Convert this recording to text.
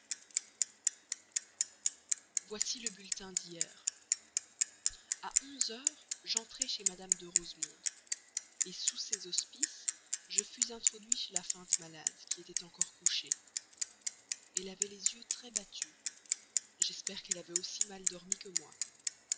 voici le bulletin d'hier a onze heures j'entrai chez mme de rosemonde sous ses auspices je fus introduit chez la feinte malade qui était encore couchée elle avait les yeux très battus j'espère qu'elle avait aussi mal dormi que moi